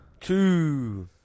Two